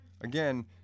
Again